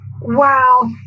Wow